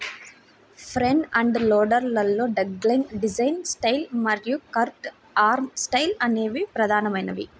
front end loader లలో dogleg design style మరియు curved arm style అనేవి ప్రధానమైనవి